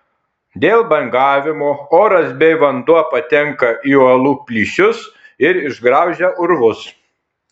dėl bangavimo oras bei vanduo patenka į uolų plyšius ir išgraužia urvus